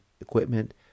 equipment